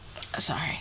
sorry